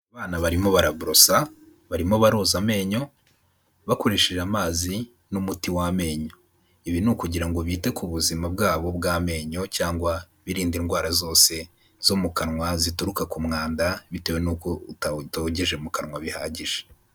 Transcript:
Abana barimo bara borosa, barimo baroza amenyo bakoresheje amazi n'umuti w'amenyo, ibi ni ukugira ngo bite ku buzima bwabo bw'amenyo cyangwa birinda indwara zose zo mu kanwa zituruka ku mwanda, bitewe n'uko utogeje mu kanwa bihagije.